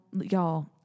y'all